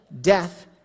death